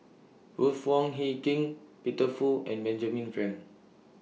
Ruth Wong Hie King Peter Fu and Benjamin Frank